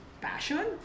passion